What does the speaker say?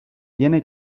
tiene